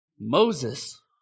Moses